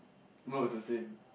no it's the same